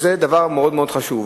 זה דבר מאוד מאוד חשוב.